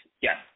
yes